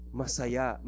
masaya